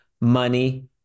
money